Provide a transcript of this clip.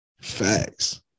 Facts